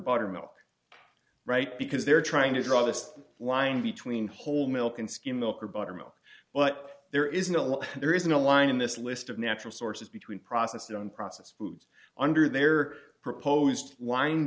butter milk right because they're trying to draw this line between whole milk and skim milk or butter milk but there isn't a lot there isn't a line in this list of natural sources between processed on processed foods under their proposed lin